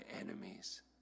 enemies